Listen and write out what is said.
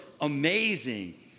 amazing